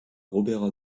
robert